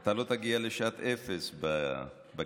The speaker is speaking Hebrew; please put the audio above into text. אתה לא תגיע לשעת אפס בכיתה.